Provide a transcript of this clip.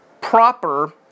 proper